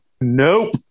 Nope